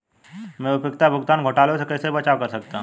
मैं उपयोगिता भुगतान घोटालों से कैसे बचाव कर सकता हूँ?